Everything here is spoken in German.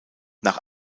nach